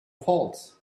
faults